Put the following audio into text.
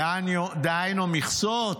דהיינו מכסות,